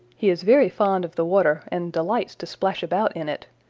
he is very fond of the water and delights to splash about in it,